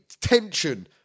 Tension